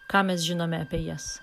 ką mes žinome apie jas